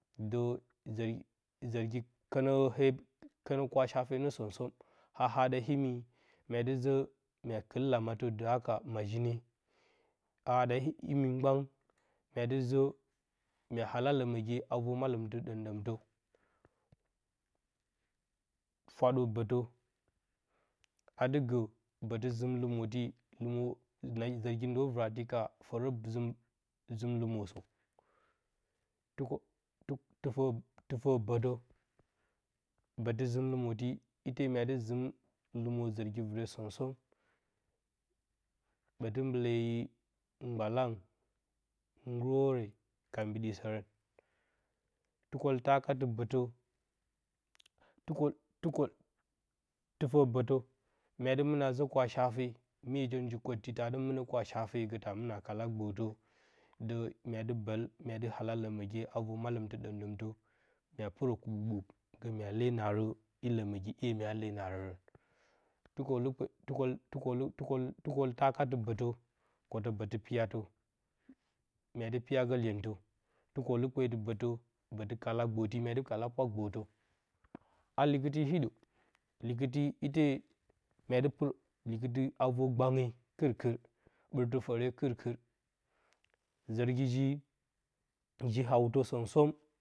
Də zə zərgi kənə kwa-shafe nə som-som, haa hada imi myadɨ zə mya kɨ lamatə dɨ haka majine. Haa hada imi mgban mya dɨ zə mya alaləməgye a vor-malɨmtɨ ɗəmɗəmtə. fwaɗə-bətə a dɨ gə bətɨ zɨm-lumotɨ, lumə, nagi ndo vɨrati ka zərgi ndo virati ka fərə zplusm, lumosə. Tɨkə tɨfə bətə, bətɨ zɨm lɨmoti, ite mye dɨ zɨm lɨmo zərgi vɨre som-som. Batɨ mbale yo mgbalang, ngurore ka mbiɗisərər. Tɨfə tɨfə-bətə mya dɨ mɨna zə kwa-shafe, mye tə jikotti ta dɨ mɨnə kwa-shafe gə ta mɨ na kala gbətə, də mya dɨ bəl, mya dɨ alaləməgye a vor-malɨmɨt ɗəmɗəmtə, mya pɨrə kuɓuk ɓuk gələ mya lee naarə i ləməgyi 'ye mya lee naarərə. Tukolukpe tuko tuko tuko tuko. Tukoltakatt- bətə kwotə bətt piyatə mya dɨ piyagə iyentə. Tukolukpeti-bətə bətt-kalagbəti, mya dɨ kalat hamɨnputa gbətə. Haa likɨti hidə, likɨti ite mya dɨ, likɨti a ver-gbange kɨr-kɨr ɓɨrɨt fəre kɨr-kɨr fare kɨr kɨr zərgi ji hautə som-som.